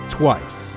twice